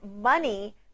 money